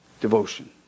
devotion